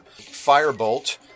Firebolt